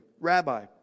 Rabbi